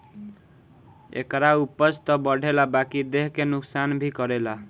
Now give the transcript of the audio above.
एकरा उपज त बढ़ेला बकिर देह के नुकसान भी करेला